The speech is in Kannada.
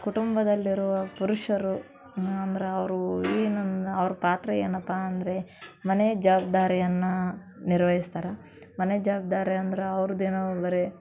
ಕುಟುಂಬದಲ್ಲಿರುವ ಪುರುಷರು ಅಂದ್ರೆ ಅವರೂ ಏನನ್ನು ಅವ್ರ ಪಾತ್ರ ಏನಪ್ಪ ಅಂದರೆ ಮನೆ ಜವಬ್ದಾರಿಯನ್ನ ನಿರ್ವಹಿಸ್ತಾರೆ ಮನೆ ಜವಾಬ್ದಾರಿ ಅಂದ್ರೆ ಅವ್ರ್ದು ಏನೋ ಬರೀ